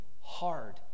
hard